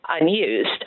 unused